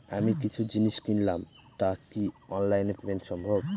আমি কিছু জিনিস কিনলাম টা কি অনলাইন এ পেমেন্ট সম্বভ?